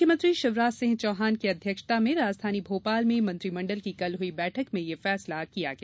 मुख्यमंत्री शिवराज सिंह चौहान की अध्यक्षता में राजधानी भोपाल में मंत्रिमंडल की कल हुई बैठक में यह फैसला किया गया